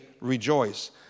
rejoice